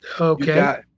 Okay